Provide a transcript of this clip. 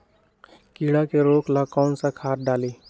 कीड़ा के रोक ला कौन सा खाद्य डाली?